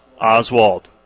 Oswald